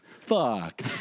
Fuck